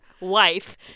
wife